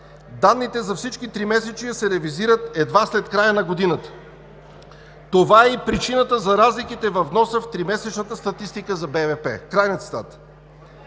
Данните за всички тримесечия се ревизират едва след края на годината. Това е и причината за разликите във вноса в тримесечната статистика за БВП. Този параграф